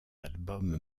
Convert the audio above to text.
albums